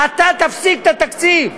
תפסיק את התקציב.